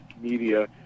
Media